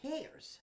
cares